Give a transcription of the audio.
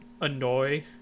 annoy